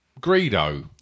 Greedo